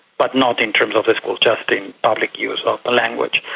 but not in terms of the schools, just in public use of the language.